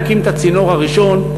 להקים את הצינור הראשון,